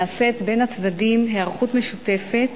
נעשית בין הצדדים היערכות משותפת